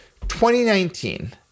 2019